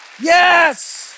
yes